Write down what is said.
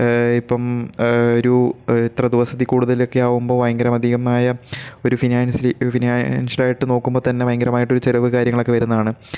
ഇപ്പം ഒരു ഇത്ര ദിവസത്തിൽ കൂടുതലൊക്കെ ആകുമ്പോൾ ഭയങ്കര അധികമായ ഒരു ഫിനാൻഷ്യലി ഫിനാൻഷ്യലായിട്ട് നോക്കുമ്പോൾത്തന്നെ ഭയങ്കരമായിട്ടൊരു ചിലവ് കാര്യങ്ങളൊക്കെ വരുന്നതാണ്